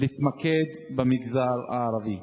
להתמקד במגזר הערבי.